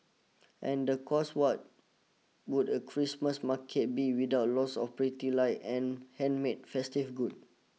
and the course what would a Christmas market be without lots of pretty lights and handmade festive goods